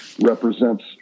represents